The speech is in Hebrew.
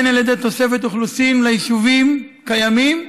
הן על ידי תוספת אוכלוסין ליישובים קיימים,